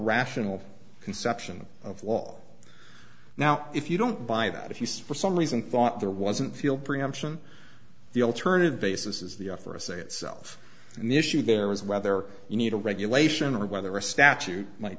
rational conception of law now if you don't buy that if you spot some reason thought there wasn't field preemption the alternative basis is the offer of say itself and the issue there is whether you need a regulation or whether a statute might